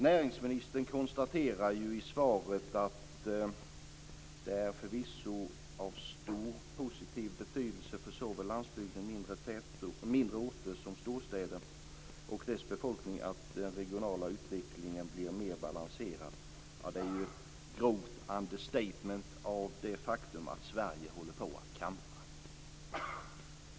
Näringsministern konstaterar i svaret att det förvisso är "av stor positiv betydelse för såväl landsbygden, mindre orter som storstäder och dess befolkning att den regionala utvecklingen blir mer balanserad". Det är ett grovt understatement av det faktum att Sverige håller på att kantra.